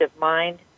mind